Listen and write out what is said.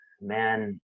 man